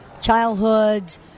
childhood